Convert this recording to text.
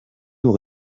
nous